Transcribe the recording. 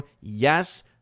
yes